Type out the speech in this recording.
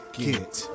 get